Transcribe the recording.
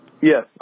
Yes